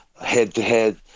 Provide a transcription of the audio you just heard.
head-to-head